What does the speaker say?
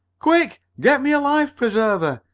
quick! get me a life-preserver!